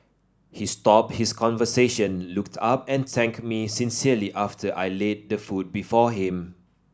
he stopped his conversation looked up and thanked me sincerely after I laid the food before him